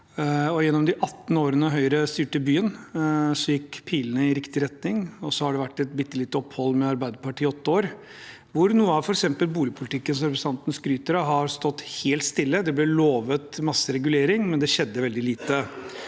Gjennom de 18 årene Høyre styrte byen, pekte pilene i riktig retning. Så har det vært et bittelite opphold med Arbeiderpartiet i åtte år, hvor noe av f.eks. boligpolitikken, som representanten skryter av, har stått helt stille. Det ble lovt mye regulering, men det skjedde veldig lite.